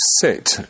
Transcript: sit